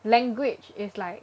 language is like